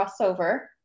crossover